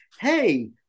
hey